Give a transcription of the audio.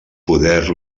poder